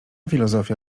filozofia